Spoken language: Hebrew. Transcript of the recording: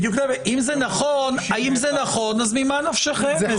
אם זה נכון אז ממה נפשכם?